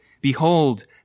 Behold